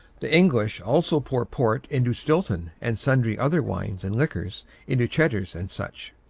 the english also pour port into stilton, and sundry other wines and liquors into cheddars and such.